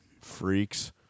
Freaks